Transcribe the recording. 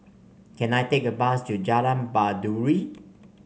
can I take a bus to Jalan Baiduri